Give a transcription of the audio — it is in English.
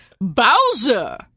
Bowser